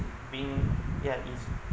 being that is